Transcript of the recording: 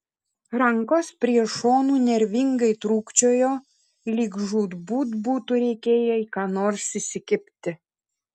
rankos prie šonų nervingai trūkčiojo lyg žūtbūt būtų reikėję į ką nors įsikibti